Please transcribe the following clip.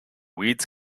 weeds